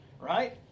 right